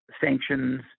sanctions